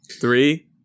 three